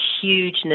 huge